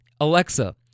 Alexa